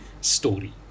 story